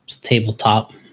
tabletop